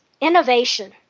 innovation